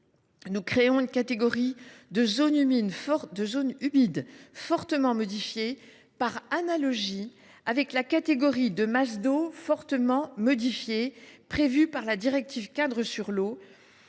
nous créons une catégorie de « zones humides fortement modifiées », par analogie avec la catégorie de « masses d’eau fortement modifiées », prévue par la directive cadre sur l’eau.